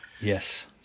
Yes